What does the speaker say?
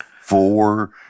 four